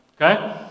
Okay